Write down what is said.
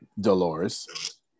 Dolores